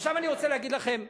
עכשיו אני רוצה להגיד לכם משפט,